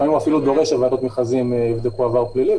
לפעמים הוא אפילו דורש שוועדות מכרזים יבדקו עבר פלילי.